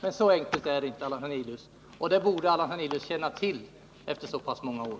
Men så enkelt är det inte, och det borde Allan Hernelius känna till efter så pass många år.